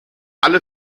alle